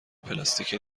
پلاستیکی